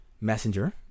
Messenger